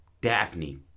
Daphne